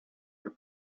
your